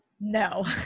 No